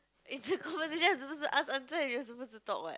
it's a conversation I'm supposed to ask answer and you are supposed to talk what